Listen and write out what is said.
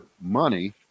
money